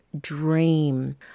dream